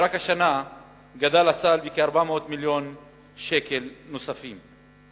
ורק השנה גדל הסל בכ-400 מיליון שקל נוספים.